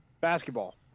Basketball